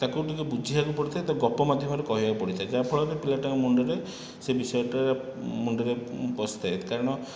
ତାକୁ ଟିକିଏ ବୁଝିବାକୁ ପଡ଼ିଥାଏ ତ ଗପ ମାଧ୍ୟମରେ କହିବାକୁ ପଡ଼ିଥାଏ ଯାହାଫଳରେ ପିଲାଟା ମୁଣ୍ଡରେ ସେହି ବିଷୟରେ ମୁଣ୍ଡରେ ପସିଥାଏ କାରଣ